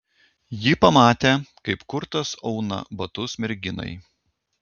ji pamatė kaip kurtas auna batus merginai